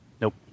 nope